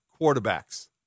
quarterbacks